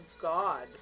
god